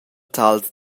tals